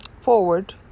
forward